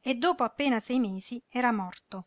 e dopo appena sei mesi era morto